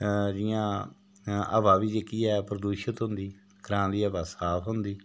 जियां हवा बी जेह्की ऐ प्रदूशित होंदी ग्रांऽ दी हवा जेह्की साफ होंदी